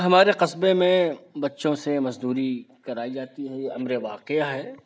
ہمارے قصبے میں بچوں سے مزدوری کرائی جاتی ہے یہ امر واقعہ ہے